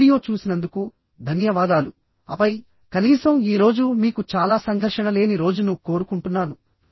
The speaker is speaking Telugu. ఈ వీడియో చూసినందుకు ధన్యవాదాలు ఆపై కనీసం ఈ రోజు మీకు చాలా సంఘర్షణ లేని రోజును కోరుకుంటున్నాను